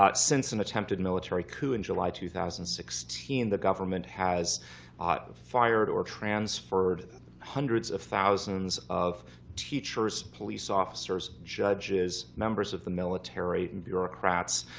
but since an attempted military coup in july two thousand and sixteen, the government has fired or transferred hundreds of thousands of teachers, police officers, judges, members of the military and bureaucrats.